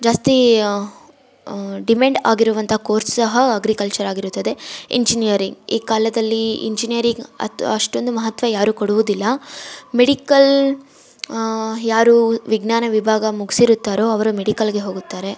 ಜಾಸ್ತಿ ಡಿಮಾಂಡ್ ಆಗಿರುವಂಥ ಕೋರ್ಸ್ ಸಹ ಅಗ್ರಿಕಲ್ಚರ್ ಆಗಿರುತ್ತದೆ ಇಂಜಿನಿಯರಿಂಗ್ ಈ ಕಾಲದಲ್ಲಿ ಇಂಜಿನಿಯರಿಂಗ್ ಅತ್ ಅಷ್ಟೊಂದು ಮಹತ್ವ ಯಾರೂ ಕೊಡುವುದಿಲ್ಲ ಮೆಡಿಕಲ್ ಯಾರು ವಿಜ್ಞಾನ ವಿಭಾಗ ಮುಗಿಸಿರುತ್ತಾರೋ ಅವರು ಮೆಡಿಕಲ್ಗೆ ಹೋಗುತ್ತಾರೆ